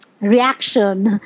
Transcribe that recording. reaction